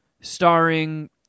starring